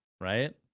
right